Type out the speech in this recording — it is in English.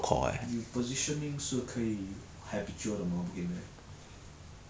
that one is that one is the hardcore babysit then after that just let the hyper do everything [one]